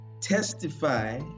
testify